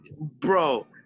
Bro